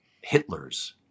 Hitler's